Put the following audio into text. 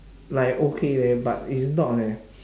like okay leh but is not leh